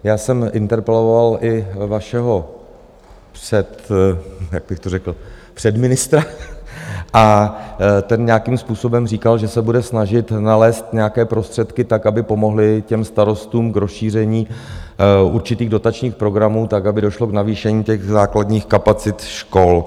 Já jsem interpeloval i vašeho před, jak bych to řekl, předministra a ten nějakým způsobem říkal, že se bude snažit nalézt nějaké prostředky tak, aby pomohly starostům k rozšíření určitých dotačních programů tak, aby došlo k navýšení základních kapacit škol.